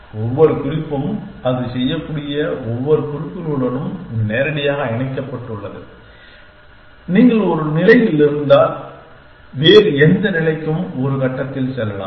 ஒவ்வொரு குறிப்பும் அது செய்யக்கூடிய ஒவ்வொரு குறிப்புகளுடனும் நேரடியாக இணைக்கப்பட்டுள்ளது நீங்கள் ஒரு நிலையில் இருந்து வேறு எந்த நிலைக்கும் ஒரு கட்டத்தில் செல்லலாம்